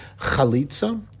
Chalitza